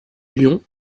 lyon